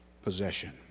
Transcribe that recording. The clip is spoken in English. possession